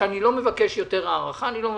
שאני לא מבקש יותר הארכה, אני לא מבקש.